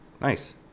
Nice